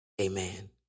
Amen